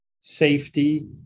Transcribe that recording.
safety